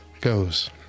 goes